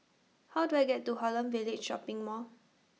How Do I get to Holland Village Shopping Mall